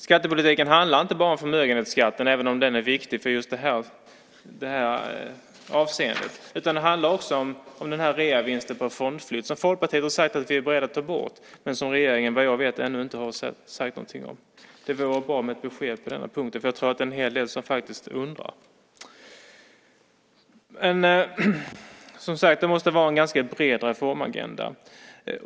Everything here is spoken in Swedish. Skattepolitiken handlar inte bara om förmögenhetsskatten, även om den är viktig i just det här avseendet. Det handlar också om reavinstskatten vid fondflytt, som vi i Folkpartiet har sagt att vi är beredda att ta bort men som regeringen såvitt jag vet ännu inte har sagt något om. Det vore bra med ett besked på denna punkt. Jag tror att det är många som undrar. Det krävs som sagt en ganska bred reformagenda.